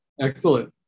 Excellent